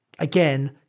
Again